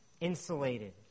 insulated